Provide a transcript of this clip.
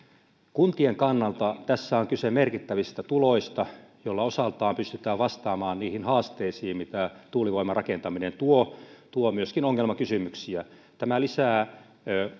kuntien kannalta tässä on kyse merkittävistä tuloista joilla osaltaan pystytään vastaamaan niihin haasteisiin mitä tuulivoiman rakentaminen tuo tuo myöskin ongelmakysymyksiä tämä